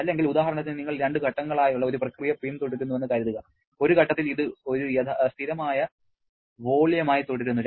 അല്ലെങ്കിൽ ഉദാഹരണത്തിന് നിങ്ങൾ രണ്ട് ഘട്ടങ്ങളായുള്ള ഒരു പ്രക്രിയ പിന്തുടരുന്നുവെന്ന് കരുതുക ഒരു ഘട്ടത്തിൽ ഇത് ഒരു സ്ഥിരമായ വോള്യമായി തുടരുന്നു